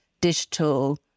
digital